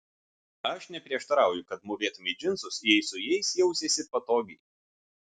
aš neprieštarauju kad mūvėtumei džinsus jei su jais jausiesi patogiai